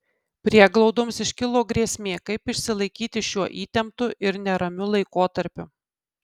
prieglaudoms iškilo grėsmė kaip išsilaikyti šiuo įtemptu ir neramiu laikotarpiu